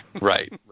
Right